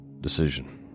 decision